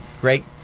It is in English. great